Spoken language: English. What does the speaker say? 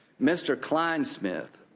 mr. klein smith